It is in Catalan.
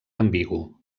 ambigu